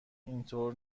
اینطور